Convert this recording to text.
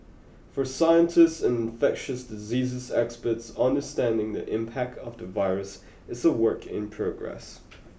for scientists and infectious diseases experts understanding the impact of the virus is a work in progress